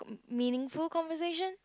meaningful conversation